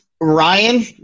Ryan